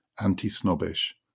anti-snobbish